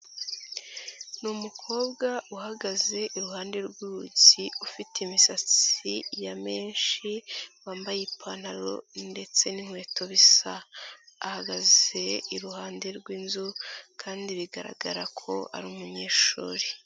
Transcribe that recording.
Ni umukobwa uhagaze iruhande rw'urugi ufite imisatsi ya menshi, wambaye ipantaro ndetse n'inkweto bisa. Ahagaze iruhande rw'inzu kandi bigaragara ko ari umunyeshuri.